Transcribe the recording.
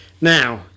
Now